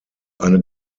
eine